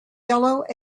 yellow